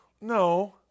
no